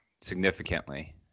significantly